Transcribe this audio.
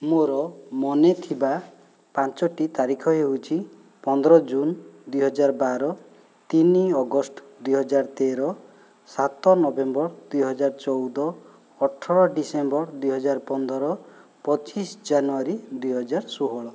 ମୋ'ର ମନେଥିବା ପାଞ୍ଚଟି ତାରିଖ ହେଉଛି ପନ୍ଦର ଜୁନ ଦୁଇହଜାର ବାର ତିନି ଅଗଷ୍ଟ ଦୁଇହଜାର ତେର ସାତ ନଭେମ୍ବର ଦୁଇହଜାର ଚଉଦ ଅଠର ଡିସେମ୍ବର ଦୁଇହଜାର ପନ୍ଦର ପଚିଶ ଜାନୁଆରୀ ଦୁଇହଜାର ଷୋହଳ